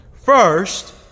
First